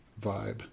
vibe